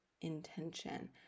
intention